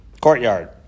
courtyard